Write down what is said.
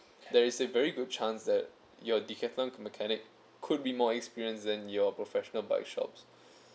there is a very good chance that your Decathlon mechanic could be more experienced than your professional bike shops